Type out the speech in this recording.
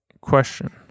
question